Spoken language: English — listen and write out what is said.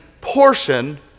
portion